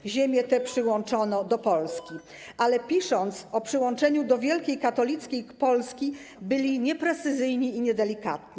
aby ziemie te przyłączono do Polski, ale pisząc o przyłączeniu do „wielkiej, katolickiej” Polski, byli nieprecyzyjni i niedelikatni.